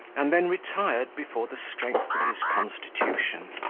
and then retired before the strength of his constitution.